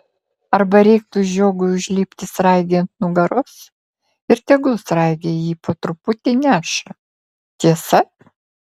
arba reiktų žiogui užlipti sraigei ant nugaros ir tegul sraigė jį po truputį neša tiesa